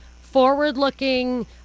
forward-looking